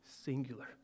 singular